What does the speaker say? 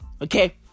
Okay